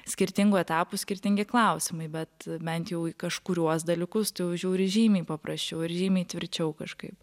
skirtingų etapų skirtingi klausimai bet bent jau į kažkuriuos dalykus tu jau žiūri žymiai paprasčiau ir žymiai tvirčiau kažkaip